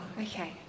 Okay